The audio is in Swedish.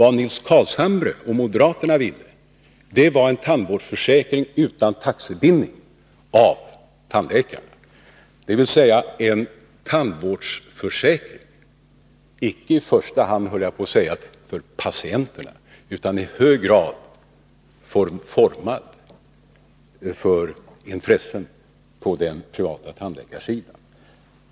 Vad Nils Carlshamre och moderaterna ville ha var en tandvårdsförsäkring utan taxebindning av tandläkarna, dvs. en tandvårdsförsäkring icke i första hand för patienterna utan i hög grad utformad för intressen på den privata tandläkarsidan.